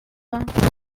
córdoba